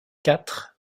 quatre